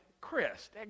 Chris